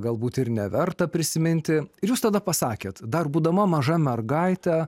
galbūt ir neverta prisiminti ir jūs tada pasakėt dar būdama maža mergaite